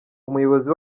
umuyobozi